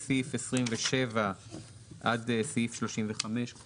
מסעיף 27 עד סעיף 35,